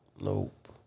Nope